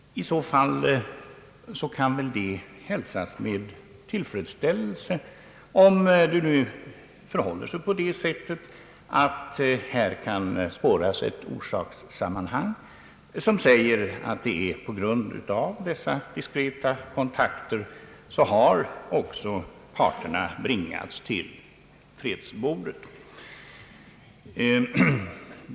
I så fall kan det hälsas med tillfredsställelse, om det verkligen förhåller sig på det sättet att det här kan spåras ett orsakssammanhang, dvs. att det är genom dessa diskreta kontakter som parterna bringats till fredsbordet.